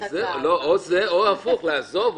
או זה, או הפוך, לעזוב.